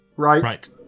Right